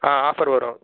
ஆ offer வரும்